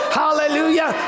hallelujah